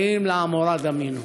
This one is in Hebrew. האם לעמורה דמינו?